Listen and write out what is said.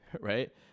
right